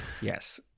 Yes